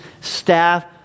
staff